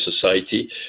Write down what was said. society